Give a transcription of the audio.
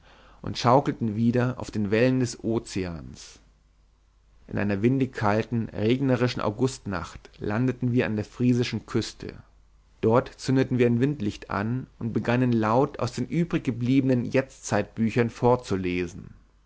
und schaukelten wieder auf den wellen des ozeans in einer windig kalten regnerischen augustnacht landeten wir an der friesischen küste dort zündeten wir ein windlicht an und begannen laut aus den übrig gebliebenen jetztzeitbüchern vorzulesen